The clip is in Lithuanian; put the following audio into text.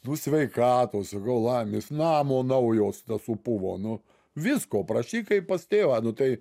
nu sveikatos laimės namo naujos tas supuvo nu visko prašyk kaip pas tėvą nu tai